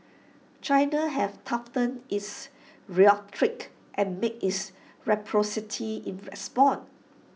China have toughened its rhetoric and made reciprocity its response